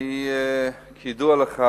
כידוע לך,